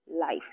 life